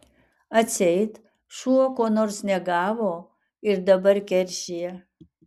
atseit šuo ko nors negavo ir dabar keršija